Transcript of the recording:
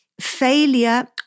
failure